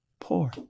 poor